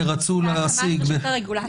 רצו להשיג --- בהקמת רשות הרגולציה.